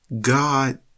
God